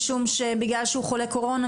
משום שבגלל שהוא חולה קורונה,